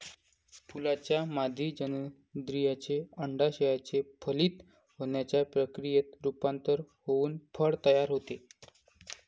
फुलाच्या मादी जननेंद्रियाचे, अंडाशयाचे फलित होण्याच्या प्रक्रियेत रूपांतर होऊन फळ तयार होते